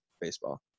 baseball